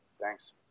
Thanks